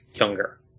younger